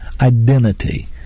identity